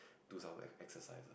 do some ex~ exercise